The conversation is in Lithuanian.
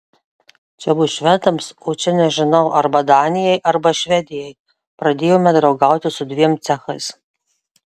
čia bus švedams o čia nežinau arba danijai arba švedijai pradėjome draugauti su dviem cechais